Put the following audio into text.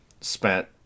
Spent